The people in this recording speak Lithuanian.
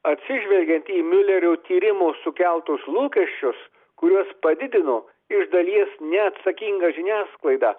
atsižvelgiant į miulerio tyrimų sukeltus lūkesčius kuriuos padidino iš dalies neatsakinga žiniasklaida